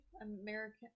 American